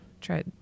Try